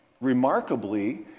remarkably